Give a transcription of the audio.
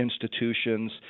institutions